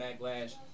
backlash